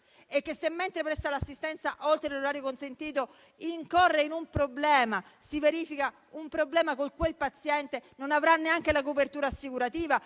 e che, se mentre presta assistenza oltre l'orario consentito incorre in un problema con quel paziente, non avrà neanche la copertura assicurativa?